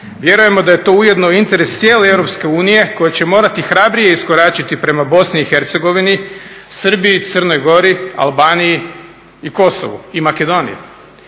Vjerujemo da je to ujedno interes cijele Europske unije koja će morati hrabrije iskoračiti prema Bosni i Hercegovini, Srbiji, Crnoj Gori, Albaniji i Kosovu i Makedoniji.